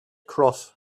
cross